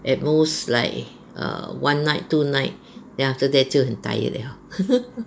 at most like err one night two night then after that 就很 tired liao